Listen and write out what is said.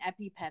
EpiPen